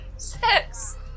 Six